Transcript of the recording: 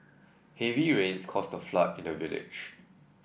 heavy rains caused a flood in the village